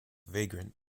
vagrant